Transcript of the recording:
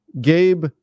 Gabe